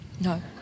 No